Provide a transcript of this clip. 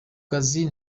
kazi